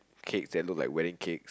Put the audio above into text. cakes that look like wedding cakes